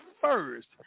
first